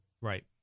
Right